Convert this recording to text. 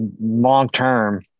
long-term